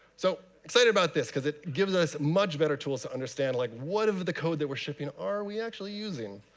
so excited about this, because it gives us much better tools to understand like what of the code that we're shipping are we actually using.